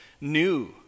new